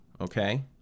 Okay